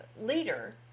leader